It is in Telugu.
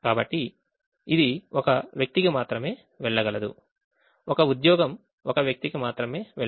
కాబట్టి ఇది ఒక వ్యక్తికి మాత్రమే వెళ్ళగలదు ఒక ఉద్యోగం ఒక వ్యక్తికి మాత్రమే వెళ్తుంది